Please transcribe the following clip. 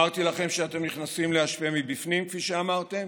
אמרתי לכם שאתם נכנסים להשפיע מבפנים, כפי שאמרתם,